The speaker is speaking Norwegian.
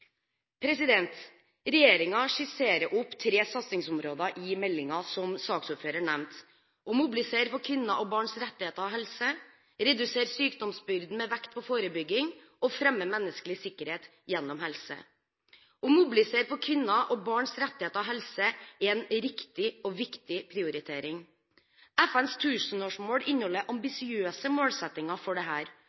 skisserer opp tre satsingsområder i meldingen, som saksordføreren nevnte: mobilisere for kvinners og barns rettigheter og helse redusere sykdomsbyrden, med vekt på forebygging fremme menneskelig sikkerhet gjennom helse Å mobilisere for kvinners og barns rettigheter og helse er en riktig og viktig prioritering. FNs tusenårsmål inneholder ambisiøse målsettinger for dette. For Norge har det